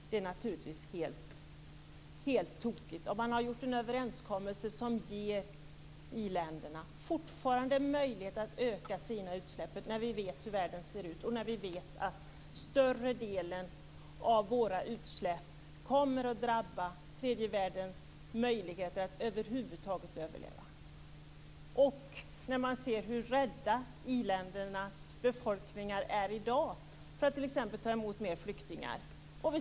Det är naturligtvis helt tokigt om man har gjort en överenskommelse som fortfarande ger i-länderna möjlighet att öka sina utsläpp, när vi vet hur världen ser ut och när vi vet att större delen av våra utsläpp kommer att drabba tredje världens möjligheter att över huvud taget överleva! Vi ser ju också hur rädda i-ländernas befolkningar är i dag för att t.ex. ta emot fler flyktingar.